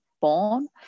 born